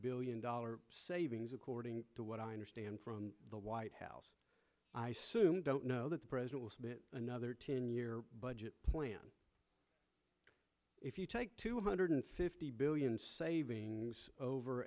billion dollars savings according to what i understand from the white house i soon don't know that the president will submit another ten year budget plan if you take two hundred fifty billion savings over